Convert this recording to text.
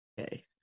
Okay